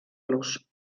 los